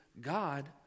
God